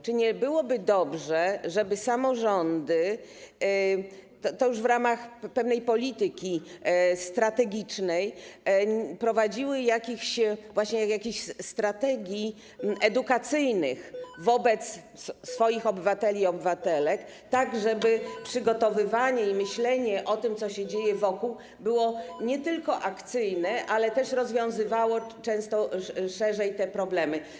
Czy nie byłoby dobrze, żeby samorządy, już w ramach pewnej polityki strategicznej, prowadziły jakieś strategie edukacyjne wobec swoich obywateli i obywatelek, tak żeby przygotowywanie i myślenie o tym, co się dzieje wokół, było nie tylko akcyjne, ale też rozwiązywało często szerzej te problemy?